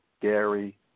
Gary